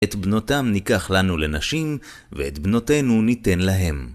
את בנותם ניקח לנו לנשים, ואת בנותינו ניתן להם.